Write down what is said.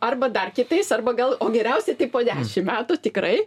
arba dar kitais arba gal o geriausiai tai po dešim metų tikrai